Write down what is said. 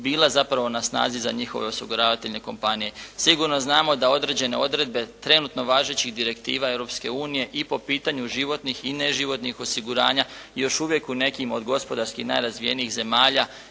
bila zapravo na snazi za njihove osiguravateljne kompanije. Sigurno znamo da određene odredbe trenutno važećih direktiva Europske unije i po pitanju životnih i neživotnih osiguranja još uvijek u nekim od gospodarski najrazvijenijih zemalja